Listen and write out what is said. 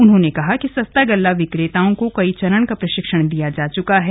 उन्होंने कहा कि सस्ता गल्ला विक्रेताओं को कई चरण का प्रशिक्षण दिया जा चुका है